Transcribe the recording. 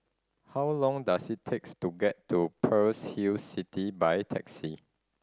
how long does it takes to get to Pearl's Hill City by taxi